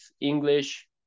English